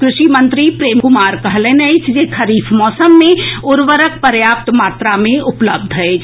कृषि मंत्री प्रेम कुमार कहलनि अछि जे खरीफ मौसम मे उर्वरक पर्याप्त मात्रा मे उपलब्ध अछि